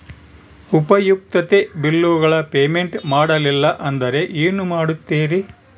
ಉಪಯುಕ್ತತೆ ಬಿಲ್ಲುಗಳ ಪೇಮೆಂಟ್ ಮಾಡಲಿಲ್ಲ ಅಂದರೆ ಏನು ಮಾಡುತ್ತೇರಿ?